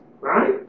right